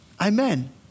Amen